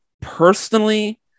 Personally